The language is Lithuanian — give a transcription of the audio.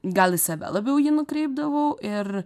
gal į save labiau jį nukreipdavau ir